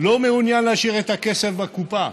לא מעוניין להשאיר את הכסף בקופה.